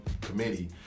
Committee